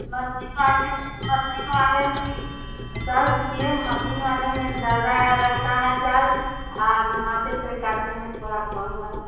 machine वाले में machine वाले में सर सुनिए मशीन वाले में ज़्यादा लगता है चार्ज हाथे से काटने में थोड़ा कम है